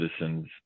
citizens